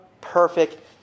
perfect